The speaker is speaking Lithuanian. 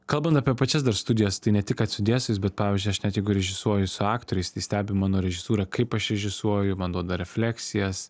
kalban apie pačias dar studijas tai ne tik kad su dėstytojais bet pavyzdžiui aš ne jeigu ir režisuoju su aktoriais tai stebi mano režisūrą kaip aš režisuoju man duoda refleksijas